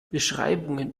beschreibungen